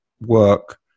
Work